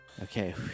Okay